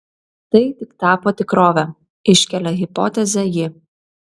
tai tik tapo tikrove iškelia hipotezę ji